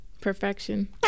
Perfection